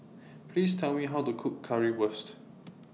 Please Tell Me How to Cook Currywurst